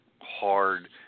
hard